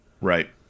Right